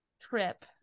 trip